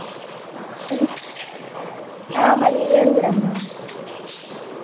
మాది మాది ఇదే ఊరు అమ్మ